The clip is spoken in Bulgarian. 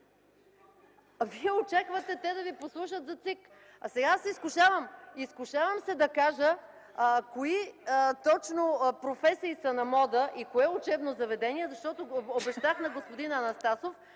Вие очаквате те да ви послушат за ЦИК?! Сега се изкушавам да кажа точно кои професии са на мода и кое учебно заведение, защото обещах на господин Анастасов